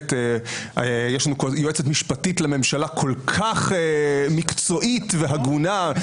באמת יש יועצת משפטית לממשלה שהיא כל כך מקצועית והגונה,